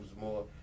more